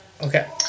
Okay